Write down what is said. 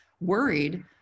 worried